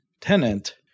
tenant